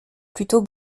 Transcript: plutôt